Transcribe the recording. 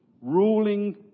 ruling